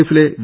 എഫിലെ വി